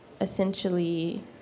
essentially